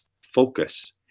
focus